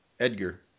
Edgar